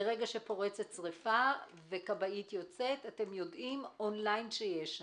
ברגע שפורצת שריפה וכבאית יוצאת אתם יודעים און ליין שיש שם.